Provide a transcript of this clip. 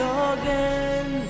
again